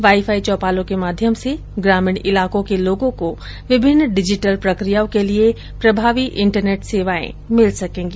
wi fi चौपालों के माध्यसम से ग्रामीण इलाकों के लोगों को विभिन्न डिजिटल प्रक्रियाओं के लिए प्रभावी इंटरनेट सेवाएं भिल सकेंगी